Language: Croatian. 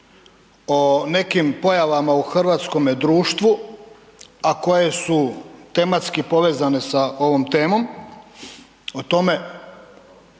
o nekim pojavama u hrvatskome društvu a koje su tematski povezene sa ovom temom,